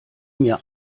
mir